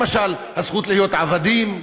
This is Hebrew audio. למשל הזכות להיות עבדים,